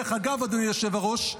דרך אגב, אדוני היושב-ראש,